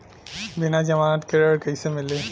बिना जमानत के ऋण कईसे मिली?